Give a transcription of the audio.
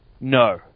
no